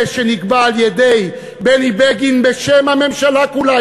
שנקבע על-ידי בני בגין בשם הממשלה כולה,